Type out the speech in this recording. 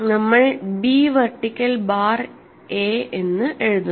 നമ്മൾ b vertical bar a എന്ന് എഴുതുന്നു